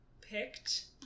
picked